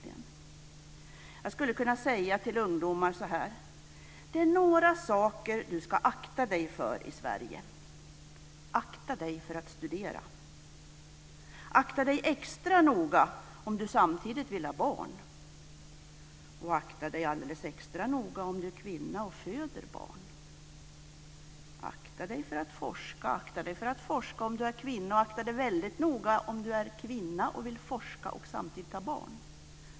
Jag skulle kunna säga till ungdomar så här: Det är några saker du ska akta dig för i Sverige. Akta dig för att studera. Akta dig extra noga om du samtidigt vill ha barn. Och akta dig alldeles extra noga om du är kvinna och föder barn. Akta dig för att forska, akta dig för att forska om du är kvinna och akta dig väldigt noga om du är kvinna och vill forska och samtidigt ha barn.